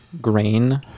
grain